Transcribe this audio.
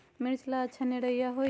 मिर्च ला अच्छा निरैया होई?